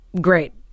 Great